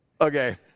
Okay